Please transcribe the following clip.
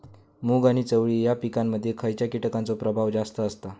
मूग आणि चवळी या पिकांमध्ये खैयच्या कीटकांचो प्रभाव जास्त असता?